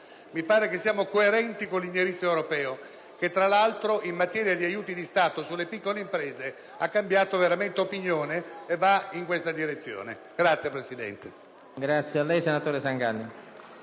in questo siamo coerenti con l'indirizzo europeo, che, tra l'altro, in materia di aiuti di Stato sulle piccole imprese ha cambiato veramente opinione e va in questa direzione. *(Applausi